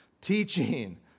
teaching